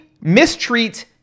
mistreat